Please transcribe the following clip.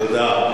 תודה.